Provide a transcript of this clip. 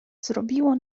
zrobiło